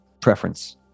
preference